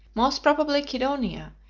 most probably cydonia,